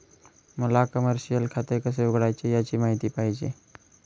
मला कमर्शिअल खाते कसे उघडायचे याची माहिती पाहिजे